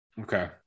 Okay